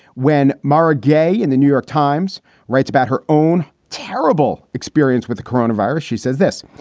when mara gay in the new york times writes about her own terrible experience with the coronavirus, she says this.